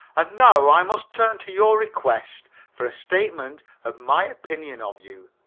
and now i must turn to your request for a statement of my opinion of you,